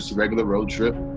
regular road trip.